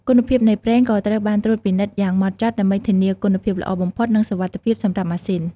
គុណភាពនៃប្រេងក៏ត្រូវបានត្រួតពិនិត្យយ៉ាងហ្មត់ចត់ដើម្បីធានាគុណភាពល្អបំផុតនិងសុវត្ថិភាពសម្រាប់ម៉ាស៊ីន។